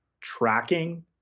tracking